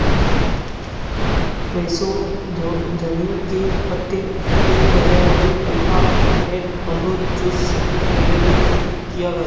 Fresho धनियों के पत्ते के बजाय मुझे अल्फा एट अमरूद जूस डिलेवरी किया गया